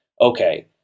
okay